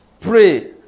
pray